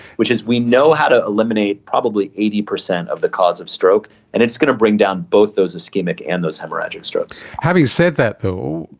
which is we know how to eliminate probably eighty percent of the cause of stroke and it's going to bring down both those so ischaemic and haemorrhagic strokes. having said that though,